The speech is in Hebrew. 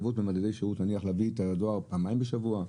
נניח להביא את הדואר פעמיים בשבוע,